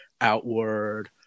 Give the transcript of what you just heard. outward